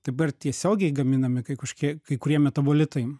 dabar tiesiogiai gaminami kai kažkokie kai kurie metabolitai